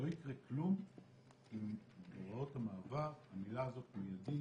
לא יקרה כלום אם בהוראות המעבר למילה מיידי